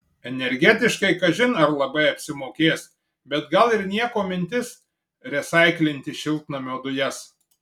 energetiškai kažin ar labai apsimokės bet gal ir nieko mintis resaiklinti šiltnamio dujas